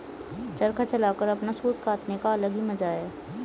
चरखा चलाकर अपना सूत काटने का अलग ही मजा है